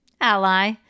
Ally